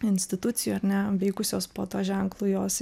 institucijų ar ne veikusios po tuo ženklo jos